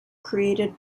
created